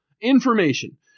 information